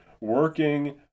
working